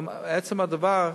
עצם הדבר,